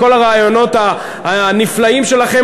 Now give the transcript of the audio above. כל הרעיונות הנפלאים שלכם,